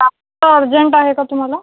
जास्त अर्जंट आहे का तुम्हाला